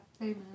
Amen